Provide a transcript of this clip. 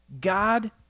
God